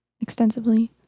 extensively